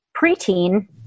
preteen